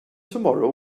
tomorrow